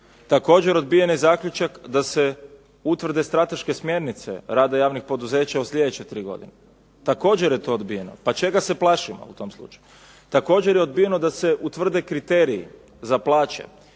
Također odbijen je zaključak da se utvrde strateške smjernice rada javnih poduzeća u sljedeće tri godine. Također je to odbijeno. Pa čega se plašimo u tom slučaju? Također je odbijeno da se utvrde kriteriji za plaće,